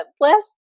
Bless